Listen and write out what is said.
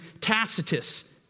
Tacitus